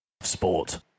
Sport